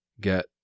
get